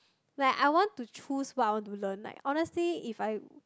like I want to choose what I want to learn like honestly if I